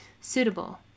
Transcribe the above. suitable